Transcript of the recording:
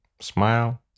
smile